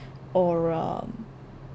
or um